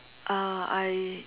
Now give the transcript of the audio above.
uh I